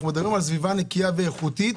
אנחנו מדברים על סביבה נקייה ואיכותית,